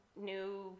new